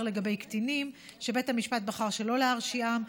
לגבי קטינים שבית המשפט בחר שלא להרשיעם,